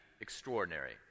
extraordinary